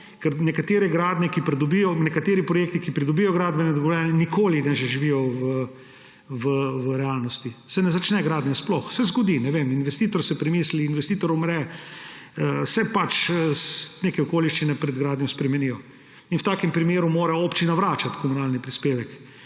nekateri projekti, ki pridobijo gradbeno dovoljenje, nikoli ne zaživijo v realnosti, gradnja se sploh ne začne. Se zgodi, ne vem, investitor si premisli, investitor umre, se pač neke okoliščine pred gradnjo spremenijo. V takem primeru mora občina vračati komunalni prispevek.